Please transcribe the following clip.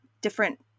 different